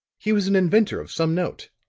he was an inventor of some note.